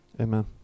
Amen